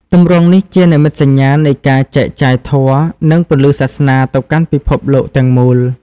ទម្រង់នេះជានិមិត្តសញ្ញានៃការចែកចាយធម៌ និងពន្លឺសាសនា ទៅកាន់ពិភពលោកទាំងមូល។